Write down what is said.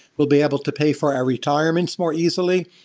we'll be able to pay for our retirements more easily.